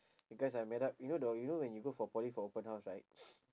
because I met up you know the you know when you go for poly for open house right